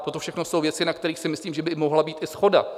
Toto všechno jsou věci, na kterých si myslím, že by mohla být i shoda.